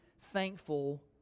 thankful